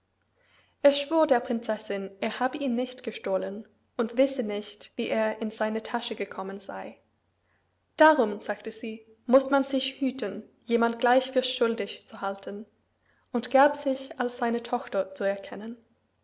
er schwur der prinzessin er habe ihn nicht gestohlen und wisse nicht wie er in seine tasche gekommen sey darum sagte sie muß man sich hüten jemand gleich für schuldig zu halten und gab sich als seine tochter zu erkennen